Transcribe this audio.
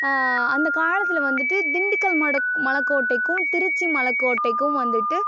அந்த காலத்தில் வந்துட்டு திண்டுக்கல் மலக் மலைக்கோட்டைக்கும் திருச்சி மலைக்கோட்டைக்கும் வந்துட்டு